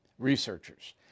researchers